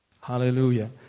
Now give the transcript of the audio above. Hallelujah